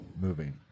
moving